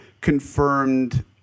confirmed